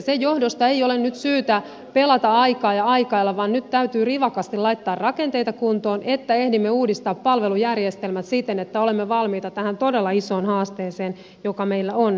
sen johdosta ei ole nyt syytä pelata aikaa ja aikailla vaan nyt täytyy rivakasti laittaa rakenteita kuntoon että ehdimme uudistaa palvelujärjestelmät siten että olemme valmiita tähän todella isoon haasteeseen joka meillä on edessä